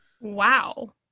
Wow